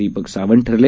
दीपक सावंत ठरले